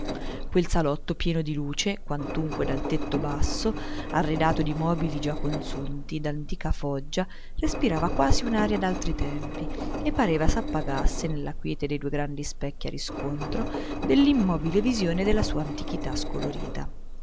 quel salotto pieno di luce quantunque dal tetto basso arredato di mobili già consunti d'antica foggia respirava quasi un'aria d'altri tempi e pareva s'appagasse nella quiete dei due grandi specchi a riscontro dell'immobile visione della sua antichità scolorita